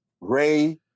Ray